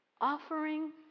offering